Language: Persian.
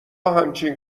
همچین